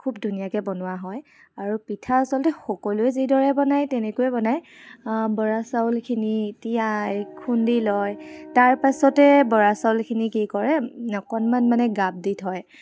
খুব ধুনীয়াকৈ বনোৱা হয় আৰু পিঠা আচলতে সকলোৱে যিদৰে বনায় তেনেকৈয়ে বনায় বৰা চাউলখিনি তিয়াই খুন্দি লয় তাৰপাছতে বৰা চাউলখিনি কি কৰে অকণমান মানে গাপ দি থয়